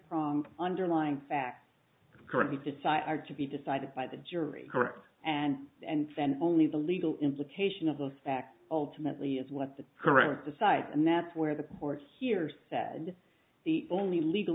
prong underlying facts currently decided to be decided by the jury correct and and then only the legal implication of those facts ultimately is what the current decide and that's where the port here said the only legal